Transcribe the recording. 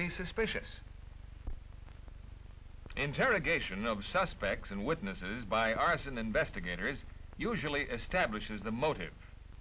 be suspicious interrogation of suspects and witnesses by arson investigators usually establishes the motive